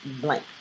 blank